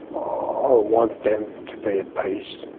i want them to be at peace.